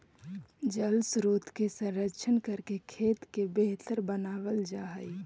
जलस्रोत के संरक्षण करके खेत के बेहतर बनावल जा हई